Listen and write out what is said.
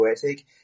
poetic